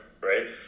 Right